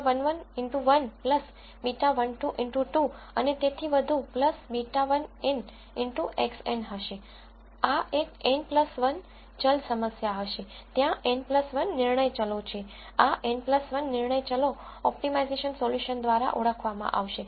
તેથી મારી પાસે કંઈક β0 β11 x1 β12 x2 અને તેથી વધુ β1n xn હશે આ એક n 1 ચલ સમસ્યા હશે ત્યાં n 1 નિર્ણય ચલો છે આ n 1 નિર્ણય ચલો ઓપ્ટિમાઇઝેશન સોલ્યુશન દ્વારા ઓળખવામાં આવશે